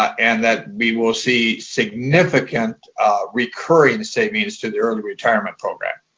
and that we will see significant recurring savings to the early retirement program,